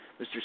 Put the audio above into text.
Mr